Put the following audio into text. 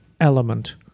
element